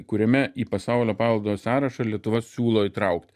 kuriame į pasaulio paveldo sąrašą lietuva siūlo įtraukt